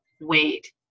wait